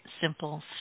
simple